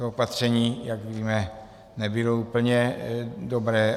To opatření, jak víme, nebylo úplně dobré.